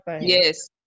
yes